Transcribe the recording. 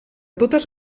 totes